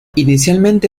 inicialmente